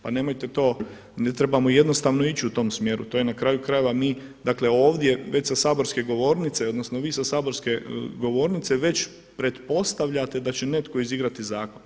Pa nemojte to, ne trebamo jednostavno ići u tom smjeru, to je na kraju krajeva mi dakle ovdje već sa saborske govornice odnosno vi sa saborske govornice već pretpostavljate da će netko izigrati zakon.